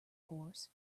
course